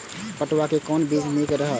पटुआ के कोन बीज निक रहैत?